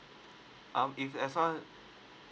um if that's all